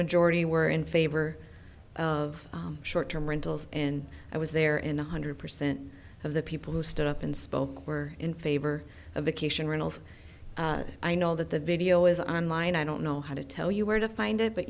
majority were in favor of short term rentals and i was there in one hundred percent of the people who stood up and spoke were in favor of vacation rentals i know that the video is on line i don't know how to tell you where to find it but